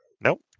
Nope